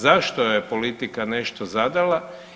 Zašto je politika nešto zadala?